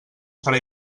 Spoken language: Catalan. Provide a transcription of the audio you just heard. serà